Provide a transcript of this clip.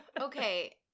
Okay